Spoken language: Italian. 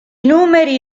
numeri